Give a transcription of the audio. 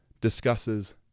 discusses